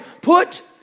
put